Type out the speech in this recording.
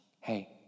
hey